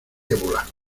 ébola